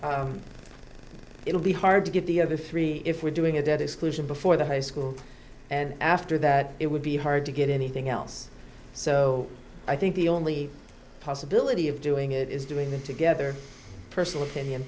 will be hard to get the other three if we're doing a dead exclusion before the high school and after that it would be hard to get anything else so i think the only possibility of doing it is doing it together personal opinion